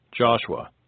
Joshua